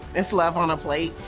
it's love on a plate.